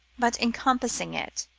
but encompassing it,